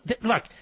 Look